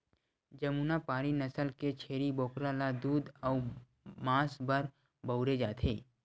जमुनापारी नसल के छेरी बोकरा ल दूद अउ मांस बर बउरे जाथे